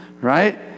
Right